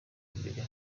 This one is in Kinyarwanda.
imbere